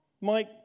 Mike